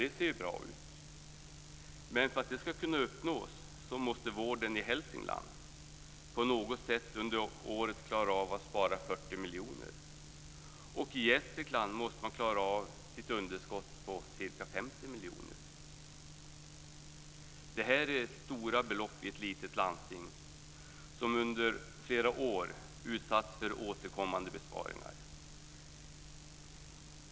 Det ser ju bra ut. Men för att det ska kunna uppnås måste vården i Hälsingland på något sätt under året klara av att spara 40 miljoner. I Gästrikland måste man klara av sitt underskott på ca 50 miljoner. Det här är stora belopp i ett litet landsting som under flera år utsatts för återkommande besparingar.